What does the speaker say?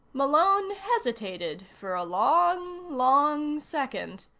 malone hesitated for a long, long second.